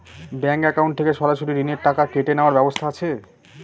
Bank account থেকে সরাসরি ঋণের টাকা কেটে নেওয়ার ব্যবস্থা আছে?